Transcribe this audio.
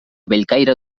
bellcaire